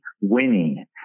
winning